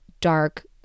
dark